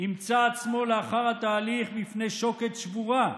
ימצא עצמו לאחר התהליך בפני שוקת שבורה,